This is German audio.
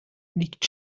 liegt